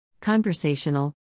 Conversational